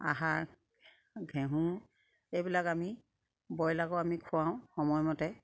এইবিলাক আমি ব্ৰইলাৰকো আমি খুৱাওঁ সময়মতে